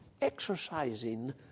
exercising